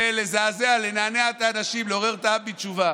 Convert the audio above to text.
לזעזע, לנענע את האנשים, לעורר את העם בתשובה.